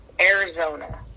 Arizona